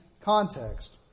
context